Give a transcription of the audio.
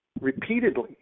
repeatedly